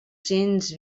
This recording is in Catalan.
cents